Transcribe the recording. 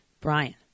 Brian